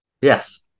Yes